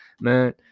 Man